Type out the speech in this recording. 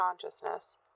consciousness